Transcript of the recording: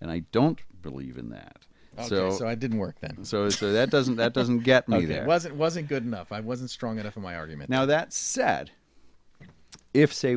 and i don't believe in that so i didn't work then and so that doesn't that doesn't get me there was it wasn't good enough i wasn't strong enough in my argument now that said if say